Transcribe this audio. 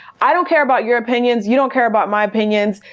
i don't care about your opinions, you don't care about my opinions.